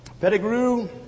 Pettigrew